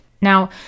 Now